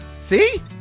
see